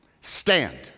stand